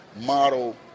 model